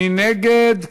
מי נגד?